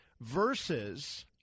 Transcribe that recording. versus